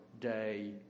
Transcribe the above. day